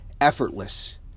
effortless